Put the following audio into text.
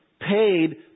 paid